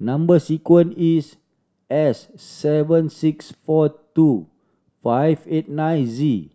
number sequence is S seven six four two five eight nine Z